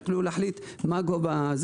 יוכלו להחליט מה הגובה.